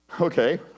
okay